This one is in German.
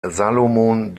salomon